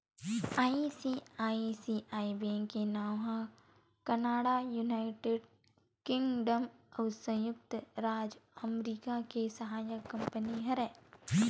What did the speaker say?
ICICI bank के नांव ह कनाड़ा, युनाइटेड किंगडम अउ संयुक्त राज अमरिका के सहायक कंपनी हरय